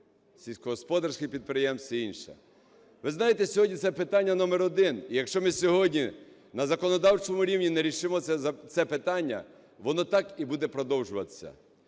сільськогосподарських підприємств і інше. Ви знаєте, сьогодні це питання номер один. Якщо ми сьогодні на законодавчому рівні не рішимо це питання, воно так і буде продовжуватися.